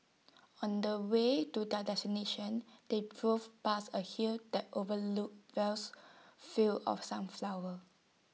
on the way to their destination they drove past A hill that overlooked vast fields of sunflowers